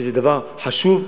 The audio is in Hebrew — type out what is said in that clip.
שזה דבר חשוב,